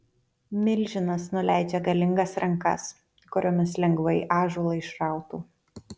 milžinas nuleidžia galingas rankas kuriomis lengvai ąžuolą išrautų